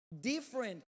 Different